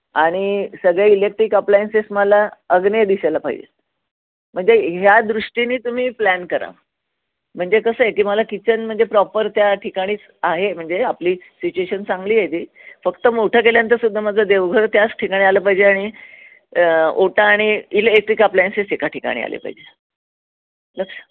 आणि सगळ्या electric appliances मला अग्नेय दिशेला पाहिजे म्हणजे ह्या दृष्टीने तुम्ही प्लॅन करा म्हणजे कसं आहे की मला किचन म्हणजे प्रॉपर त्या ठिकाणीच आहे म्हणजे आपली सिजेशन चांगली आहे ती फक्त मोठं केल्यानंतर सुद्धा माझं देवघर त्याच ठिकाणी आलं पाहिजे आणि ओटा आणि इलेक्ट्रिक अप्लायन्सेस एका ठिकाणी आले पाहिजे